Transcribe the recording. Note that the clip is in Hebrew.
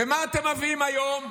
ומה אתם מביאים היום,